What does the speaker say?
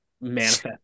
manifest